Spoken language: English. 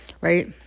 Right